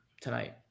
tonight